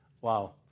Wow